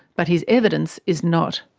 but his evidence is not.